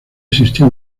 existía